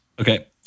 okay